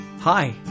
Hi